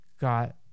got